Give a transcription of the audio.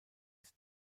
ist